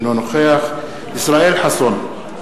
אינו נוכח ישראל חסון,